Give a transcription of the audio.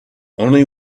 only